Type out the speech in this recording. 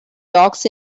dogs